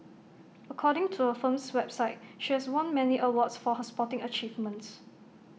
according to her firm's website she has won many awards for her sporting achievements